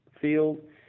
field